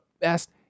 best